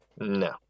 No